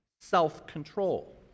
self-control